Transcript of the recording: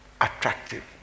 attractive